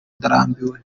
ndarambiwe